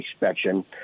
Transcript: inspection